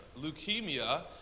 Leukemia